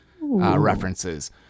references